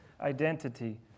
identity